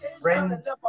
friend